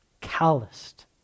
calloused